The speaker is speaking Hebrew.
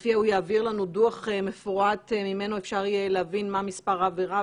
לפיה הוא יעביר לנו דוח מפורט ממנו אפשר יהיה להבין מה מספר העבירה